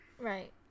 Right